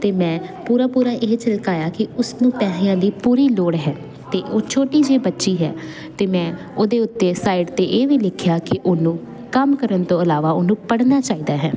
ਅਤੇ ਮੈਂ ਪੂਰਾ ਪੂਰਾ ਇਹ ਝਲਕਾਇਆ ਕਿ ਉਸ ਨੂੰ ਪੈਸਿਆਂ ਦੀ ਪੂਰੀ ਲੋੜ ਹੈ ਅਤੇ ਉਹ ਛੋਟੀ ਜਿਹੀ ਬੱਚੀ ਹੈ ਅਤੇ ਮੈਂ ਉਹਦੇ ਉੱਤੇ ਸਾਈਡ 'ਤੇ ਇਹ ਵੀ ਲਿਖਿਆ ਕਿ ਉਹਨੂੰ ਕੰਮ ਕਰਨ ਤੋਂ ਇਲਾਵਾ ਉਹਨੂੰ ਪੜ੍ਹਨਾ ਚਾਹੀਦਾ ਹੈ